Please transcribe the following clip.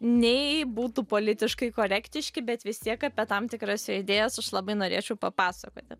nei būtų politiškai korektiški bet vis tiek apie tam tikras jo idėjas aš labai norėčiau papasakoti